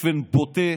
באופן בוטה,